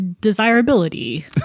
desirability